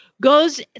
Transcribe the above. goes